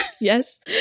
Yes